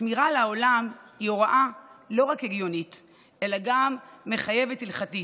שמירה על העולם היא הוראה לא רק הגיונית אלא גם מחייבת הלכתית,